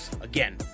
again